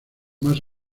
más